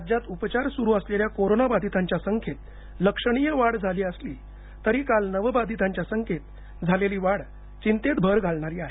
राज्यात उपचार सुरू असलेल्या कोरोनाबाधितांच्यासंख्येत लक्षणीय वाढ झाली असली तरी काल नवबाधितांच्या संख्येत झालेली वाढ चिंतेतभर घालणारी आहे